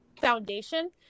foundation